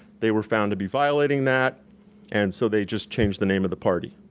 they were found to be violating that and so they just changed the name of the party.